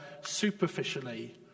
superficially